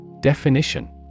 Definition